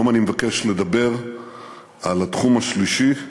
היום אני מבקש לדבר על התחום השלישי,